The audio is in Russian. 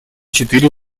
четыре